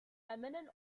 feminine